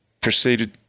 proceeded